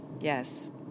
Yes